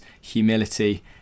humility